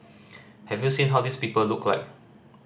have you seen how these people look like